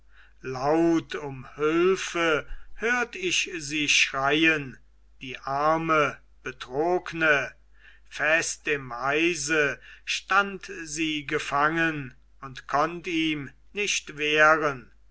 laut um hilfe hört ich sie schreien die arme betrogne fest im eise stand sie gefangen und konnt ihm nicht wehren